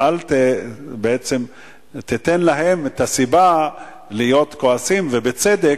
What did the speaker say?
אל תיתן להם סיבה לכעוס, ובצדק,